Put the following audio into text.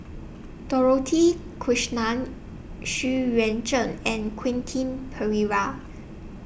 Dorothy Krishnan Xu Yuan Zhen and Quentin Pereira